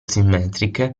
simmetriche